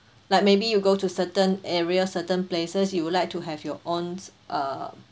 like maybe you go to certain areas certain places you would like to have your own uh